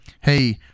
hey